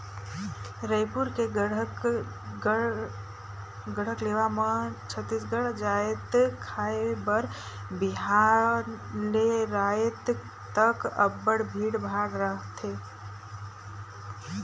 रइपुर के गढ़कलेवा म छत्तीसगढ़ जाएत खाए बर बिहान ले राएत तक अब्बड़ भीड़ भाड़ रहथे